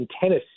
Tennessee